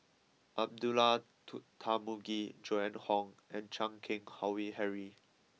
Abdullah to Tarmugi Joan Hon and Chan Keng Howe Harry